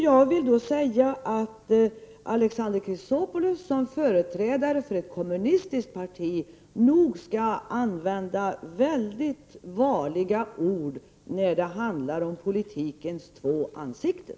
Jag vill då säga att Alexander Chrisopoulos som företrädare för ett kommunistiskt parti nog skall vara mycket varsam med orden när det handlar om politikens två ansikten.